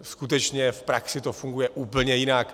Skutečně v praxi to funguje úplně jinak.